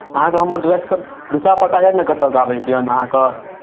अहाँकेँ हमर एड्रेससभ अता पता यए ने कतय आबैके यए अहाँकेँ